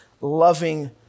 loving